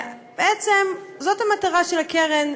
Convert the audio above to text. בעצם זאת המטרה של הקרן,